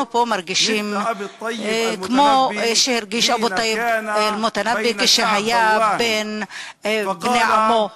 אנחנו פה מרגישים כמו שהרגיש אבו אל-טייב אל-מותנבי כשהיה בין בני עמו.